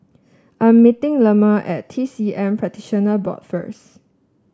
I'm meeting Lemma at T C M Practitioner Board first